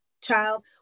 child